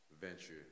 venture